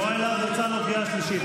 יוראי להב הרצנו, קריאה שלישית.